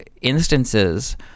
instances